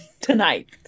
tonight